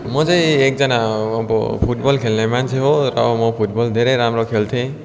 म चाहिँ एकजना अब फुटबल खेल्ने मान्छे हो र म फुटबल धेरै राम्रो खेल्थेँ